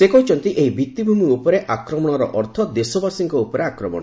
ସେ କହିଛନ୍ତି ଏହି ଭିତ୍ତିଭୂମି ଉପରେ ଆକ୍ରମଣର ଅର୍ଥ ଦେଶବାସୀଙ୍କ ଉପରେ ଆକ୍ରମଣ